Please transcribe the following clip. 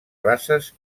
races